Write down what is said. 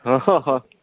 অঁ হয়